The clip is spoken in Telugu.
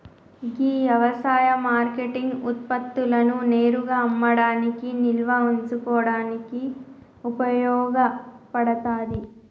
గీ యవసాయ మార్కేటింగ్ ఉత్పత్తులను నేరుగా అమ్మడానికి నిల్వ ఉంచుకోడానికి ఉపయోగ పడతాది